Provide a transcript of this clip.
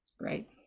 Right